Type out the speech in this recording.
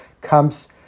comes